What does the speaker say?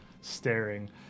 staring